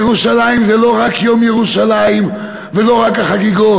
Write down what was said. ירושלים זה לא רק יום ירושלים ולא רק החגיגות.